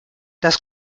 das